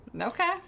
Okay